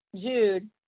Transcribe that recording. jude